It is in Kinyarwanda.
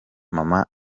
mama